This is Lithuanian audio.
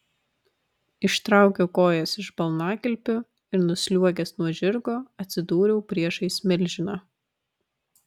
ištraukiau kojas iš balnakilpių ir nusliuogęs nuo žirgo atsidūriau priešais milžiną